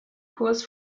kurs